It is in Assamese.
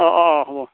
অঁ অঁ অঁ হ'ব